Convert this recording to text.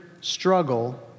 struggle